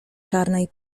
czarnej